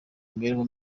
imibereho